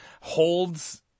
holds